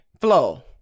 flow